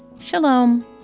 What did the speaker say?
Shalom